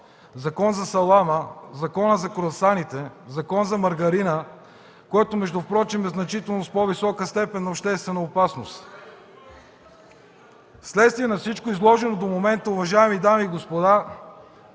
Закон за салама, Закон за кроасаните, Закон за маргарина, който впрочем е със значително по-висока степен на обществена опасност? (Реплики от ДПС.) Вследствие на всичко изложено до момента, уважаеми дами и господа,